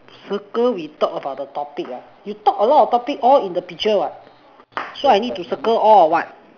circle we talk about the topic ah you talk a lot of topic all in the picture what so I need to circle all or what